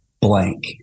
blank